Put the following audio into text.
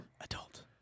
Adult